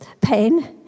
pain